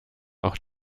auch